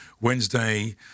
Wednesday